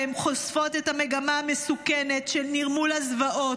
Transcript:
והן חושפות את המגמה המסוכנת של נרמול הזוועות,